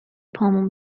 پامون